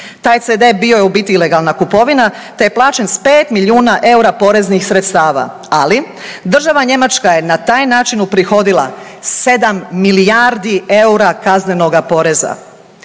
Taj cd bio je u biti ilegalna kupovina, te je plaćen s 5 milijuna eura poreznih sredstava, ali država Njemačka je na taj način uprihodila 7 milijardi eura kaznenoga poreza.